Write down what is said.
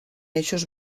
eixos